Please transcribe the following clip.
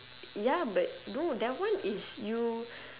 ya but no that one is you